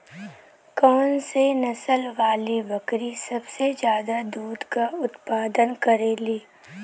कौन से नसल वाली बकरी सबसे ज्यादा दूध क उतपादन करेली?